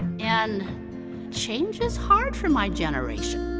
and change is hard for my generation.